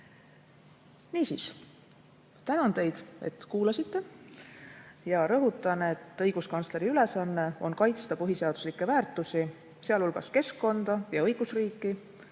tülgastust. Tänan teid, et kuulasite! Rõhutan, et õiguskantsleri ülesanne on kaitsta põhiseaduslikke väärtusi, sealhulgas keskkonda ja õigusriiki,